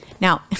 Now